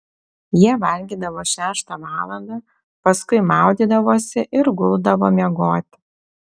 jie valgydavo šeštą valandą paskui maudydavosi ir guldavo miegoti